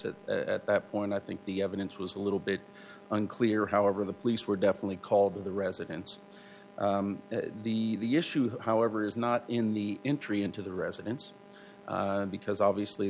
at that point i think the evidence was a little bit unclear however the police were definitely called to the residence the the issue however is not in the entry into the residence because obviously